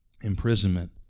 imprisonment